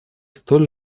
столь